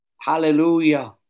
Hallelujah